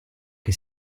che